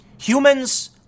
humans